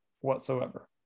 whatsoever